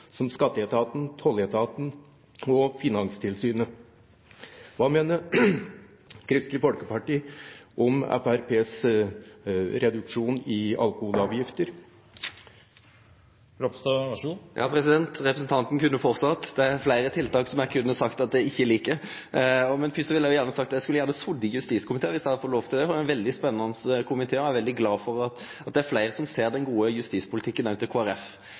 som Skatteetaten, Tolletaten og Finanstilsynet? Hva mener Kristelig Folkeparti om Fremskrittspartiets reduksjon i alkoholavgiftene? Representanten kunne ha fortsett, for det er fleire tiltak som eg kunne ha sagt at eg ikkje liker. Først vil eg seie at eg gjerne ville ha sete i justiskomiteen om eg hadde fått lov til det; det er ein veldig spennande komité. Eg er veldig glad for at det er fleire som ser den gode justispolitikken til